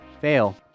fail